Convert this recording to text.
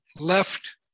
left